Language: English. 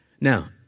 Now